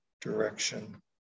direction